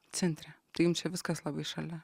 centre tai jum čia viskas labai šalia